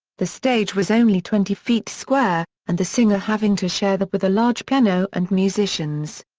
the stage was only twenty feet square, and the singer having to share that with a large piano and musicians.